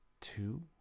two